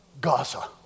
Gaza